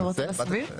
אתה רוצה להסביר?